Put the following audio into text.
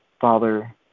Father